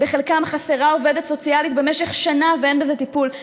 בחלקם חסרה עובדת סוציאלית במשך שנה ואין לזה טיפול.